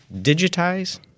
digitize